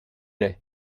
laid